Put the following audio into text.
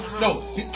No